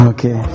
Okay